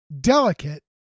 delicate